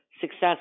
success